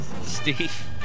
Steve